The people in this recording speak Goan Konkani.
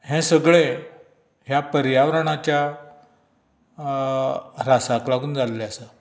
हे सगळें ह्या पर्यावरणाच्या ऱ्हासांक लागून जाल्ले आसा